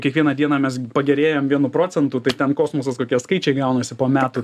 kiekvieną dieną mes pagerėjam vienu procentų tai ten kosmosas kaičiai gaunasi po metų